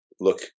look